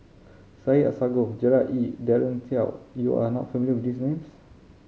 Syed Alsagoff Gerard Ee Daren Shiau you are not familiar with these names